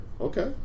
Okay